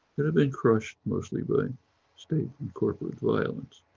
it had been crushed mostly by state and corporate violence.